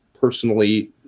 personally